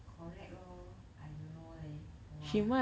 correct lor I don't know leh !wah!